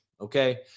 okay